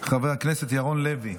חבר הכנסת ירון לוי,